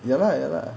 ya lah ya lah